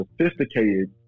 sophisticated